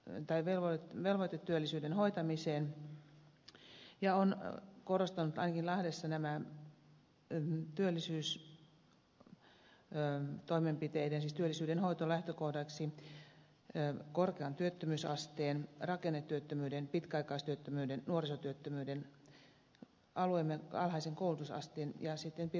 niin tai tähän velvoitetyöllisyyden hoitamiseen ja on korostanut ainakin lahdessa tämän työllisyyden hoidon lähtökohdaksi korkeaa työttömyysastetta rakennetyöttömyyttä pitkäaikaistyöttömyyttä nuorisotyöttömyyttä alueemme alhaista koulutusastetta ja pirstaleista toimijakenttää